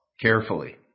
carefully